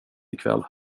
ikväll